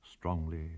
Strongly